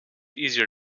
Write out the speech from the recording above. easier